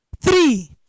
Three